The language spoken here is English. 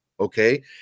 Okay